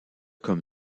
comme